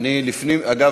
אגב,